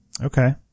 Okay